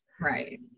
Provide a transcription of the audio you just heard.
Right